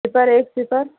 صفرایک صفر